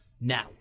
now